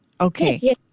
Okay